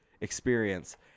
experience